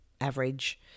average